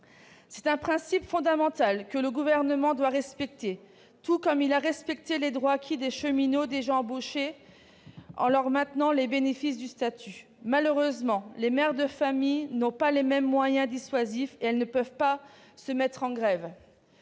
C'est un principe fondamental que le Gouvernement doit respecter, tout comme il a respecté les droits acquis des cheminots déjà embauchés en leur maintenant le bénéfice du statut. Malheureusement, les mères de famille ne disposent pas des mêmes moyens dissuasifs que les cheminots et ne peuvent pas se mettre en grève.